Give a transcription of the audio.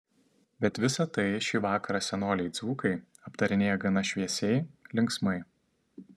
bet visa tai šį vakarą senoliai dzūkai aptarinėja gana šviesiai linksmai